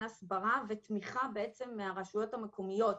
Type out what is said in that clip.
הסברה ותמיכה בעצם מהרשויות המקומיות.